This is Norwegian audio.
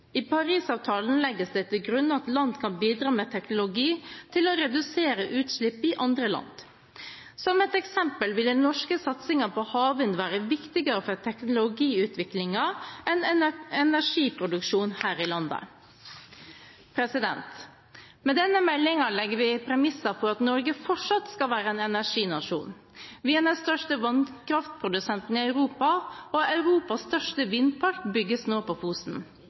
I Paris-avtalen legges det til grunn at land kan bidra med teknologi til å redusere utslipp i andre land. Som et eksempel vil den norske satsingen på havvind være viktigere for teknologiutvikling enn energiproduksjon her i landet. Med denne meldingen legger vi premisser for at Norge fortsatt skal være en energinasjon. Vi er den største vannkraftprodusenten i Europa, og Europas største vindpark bygges nå på Fosen.